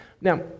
Now